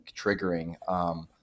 triggering